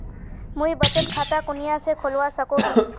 मुई बचत खता कुनियाँ से खोलवा सको ही?